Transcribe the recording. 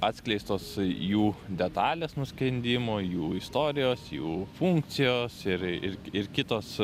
atskleistos jų detalės nuskendimo jų istorijos jų funkcijos ir ir ir kitos